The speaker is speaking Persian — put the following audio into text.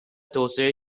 توسعه